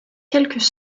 quelques